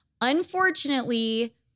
unfortunately